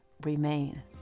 remain